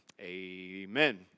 Amen